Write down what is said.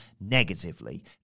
negatively